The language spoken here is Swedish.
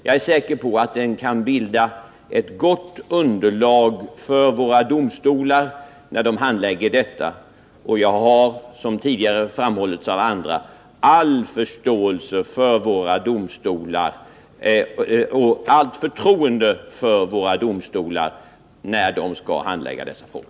Den kan säkerligen bilda ett gott underlag för våra domstolar — som också jag har fullt förtroende för — när de skall handlägga frågor av detta slag.